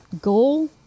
goal